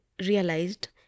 realized